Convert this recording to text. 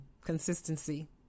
consistency